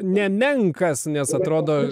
nemenkas nes atrodo